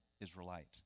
Israelite